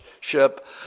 ship